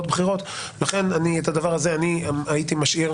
לכן את הדבר הזה הייתי משאיר